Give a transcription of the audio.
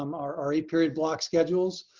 um our our eight period block schedules.